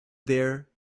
there